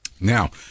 Now